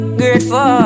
grateful